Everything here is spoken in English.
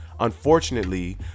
Unfortunately